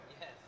Yes